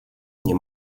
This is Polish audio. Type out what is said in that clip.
nie